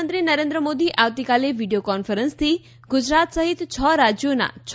પ્રધાનમંત્રી નરેન્દ્ર મોદી આવતીકાલે વિડિયો કોન્ફરન્સથી ગુજરાત સહિત છ રાજ્યોના છ